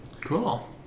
Cool